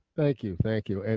thank you. thank you.